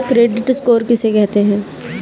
Credit score किसे कहते हैं?